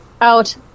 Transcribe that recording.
out